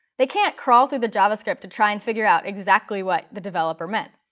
they can't crawl through the javascript to try and figure out exactly what the developer meant.